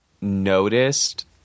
noticed